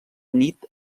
nit